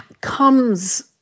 comes